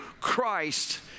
Christ